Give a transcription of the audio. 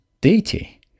deity